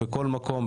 בכל מקום,